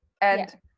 and-